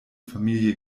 familie